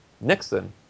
Nixon